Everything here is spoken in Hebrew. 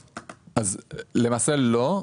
למעשה, לא.